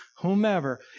whomever